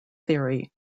theory